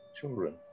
children